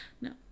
No